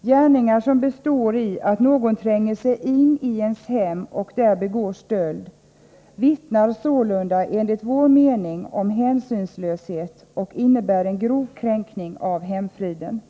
De gärningar som består i att någon tränger sig in i ens hem och där begår stöld vittnar sålunda enligt vår mening om hänsynslöshet och innebär en grov kränkning av hemfriden.